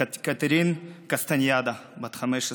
קטרינה קסטניאדה, בת 15,